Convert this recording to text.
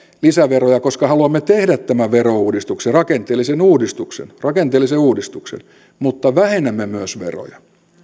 lisäveroja koska haluamme tehdä tämän verouudistuksen rakenteellisen uudistuksen rakenteellisen uudistuksen mutta vähennämme myös veroja